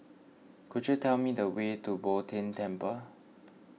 could you tell me the way to Bo Tien Temple